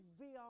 VR